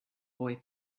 boy